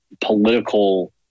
political